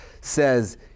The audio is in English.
says